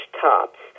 tops